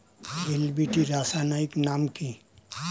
Hill বিটি রাসায়নিক নাম কি?